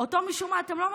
אותו משום מה אתם לא מזכירים,